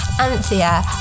Anthea